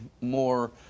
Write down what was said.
more